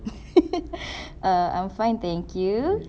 err I'm fine thank you